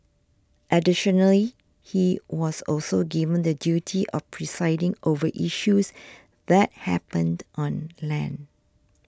additionally he was also given the duty of presiding over issues that happened on land